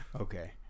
Okay